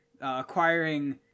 acquiring